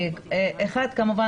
דבר ראשון,